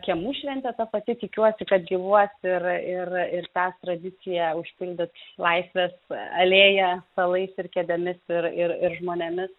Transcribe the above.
kiemų šventė ta pati tikiuosi kad gyvuos ir ir ir tęs tradiciją užpildyt laisvės alėją stalais ir kėdėmis ir ir ir žmonėmis